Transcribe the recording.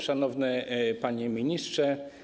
Szanowny Panie Ministrze!